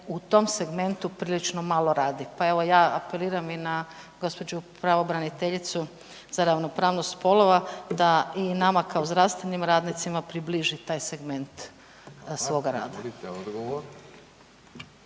u tom segmentu prilično malo radi. Pa evo ja apeliram i na gospođu pravobraniteljicu za ravnopravnost spolova da i nama kao zdravstvenim radnicima približi taj segment svog rada.